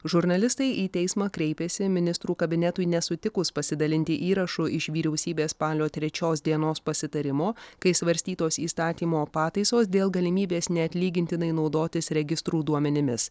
žurnalistai į teismą kreipėsi ministrų kabinetui nesutikus pasidalinti įrašu iš vyriausybės spalio trečios dienos pasitarimo kai svarstytos įstatymo pataisos dėl galimybės neatlygintinai naudotis registrų duomenimis